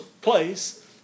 place